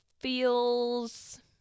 feels